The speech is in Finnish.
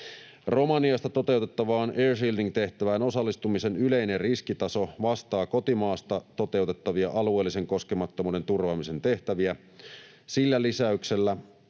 Romaniasta toteutettavaan air shielding ‑tehtävään osallistumisen yleinen riskitaso vastaa kotimaasta toteutettavia alueellisen koskemattomuuden turvaamisen tehtäviä sillä lisäyksellä,